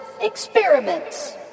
experiments